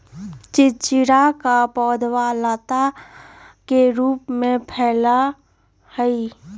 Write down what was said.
चिचिंडा के पौधवा लता के रूप में फैला हई